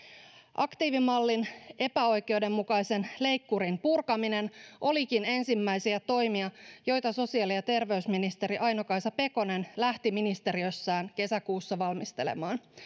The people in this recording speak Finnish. aktiivimallin epäoikeudenmukaisen leikkurin purkaminen olikin ensimmäisiä toimia joita sosiaali ja terveysministeri aino kaisa pekonen lähti ministeriössään kesäkuussa valmistelemaan